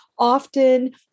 Often